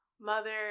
mother